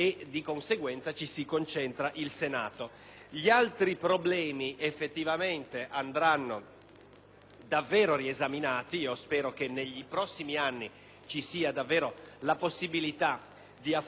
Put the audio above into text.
andranno riesaminati e io spero che nei prossimi anni vi sia davvero la possibilità di affrontare in modo efficace, ad esempio, il problema dello slittamento dei seggi dalle circoscrizioni più piccole